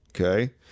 okay